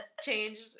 changed